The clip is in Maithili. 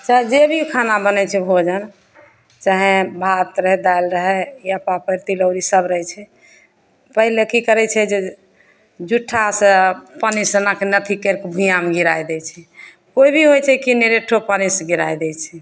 चाहे जे भी खाना बनैत छै भोजन चाहै भात रहै दालि रहै या पापड़ तिलौड़ी सभ रहैत छै पहिले की करै छै जे जुठासँ पानिसँ नाक कऽ करिके भुइयाँमे गिराए दै छै केओ भी होइत छै कि निरैठो पानि से गिराए दै छै